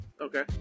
Okay